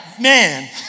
Man